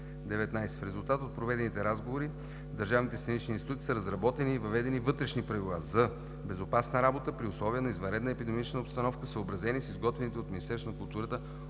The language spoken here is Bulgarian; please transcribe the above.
В резултат от проведените разговори в държавните сценични институти са разработени и въведени вътрешни правила за безопасна работа при условията на извънредна епидемична обстановка, съобразени с изготвените от Министерството на културата